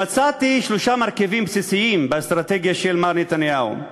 ומצאתי שלושה מרכיבים בסיסיים באסטרטגיה של מר נתניהו: